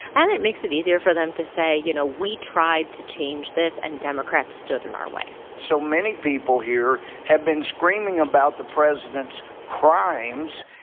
and it makes it easier for them to say, you know, we tried to change this, and democrats stood in our way so many people here have been screaming about the president's crimes.